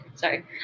Sorry